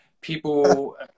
People